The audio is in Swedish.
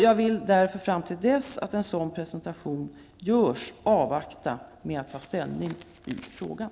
Jag vill därför, fram till dess att en sådan presentation görs, avvakta med att ta ställning i frågan.